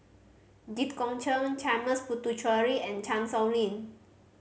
Jit Koon Ch'ng Puthucheary and Chan Sow Lin